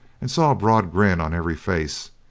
and saw a broad grin on every face,